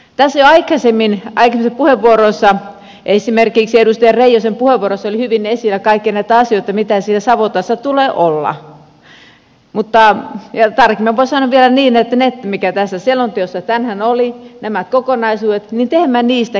tässä jo aikaisemmissa puheenvuoroissa esimerkiksi edustaja reijosen puheenvuorossa oli hyvin esillä kaikkia näitä asioita mitä siellä savotassa tulee olla mutta tarkemmin voisi sanoa vielä niin että kun tässä selonteossa tänään oli nämä kokonaisuudet niin teemme niistä käytännön toimenpiteitä